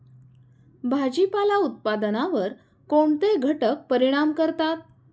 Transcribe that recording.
भाजीपाला उत्पादनावर कोणते घटक परिणाम करतात?